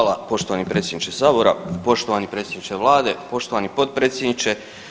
Hvala poštovani predsjedniče sabora, poštovani predsjedniče vlade, poštovani potpredsjedniče.